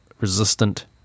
resistant